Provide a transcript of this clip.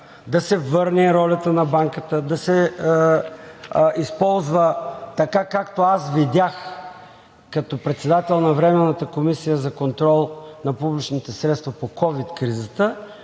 да се върне ролята на Банката, да се използва така, както аз видях като председател на Временната комисия за контрол на публичните средства по ковид кризата.